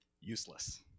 Useless